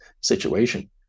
situation